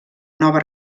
nova